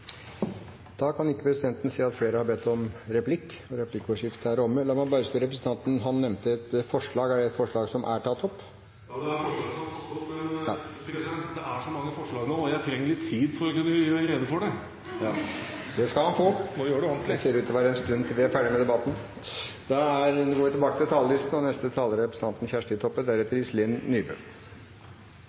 Replikkordskiftet er omme. Representanten Bekkevold nevnte et forslag – er det et forslag som er tatt opp? Ja, det er et forslag som er tatt opp, men det er så mange forslag nå, og jeg trenger litt tid for å kunne gjøre rede for dem. Det skal representanten få. Det ser ut til å være en stund til vi er ferdig med debatten. Vi må gjøre dette ordentlig. Det er mange saker og mange forslag å ta stilling til